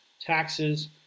taxes